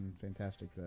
fantastic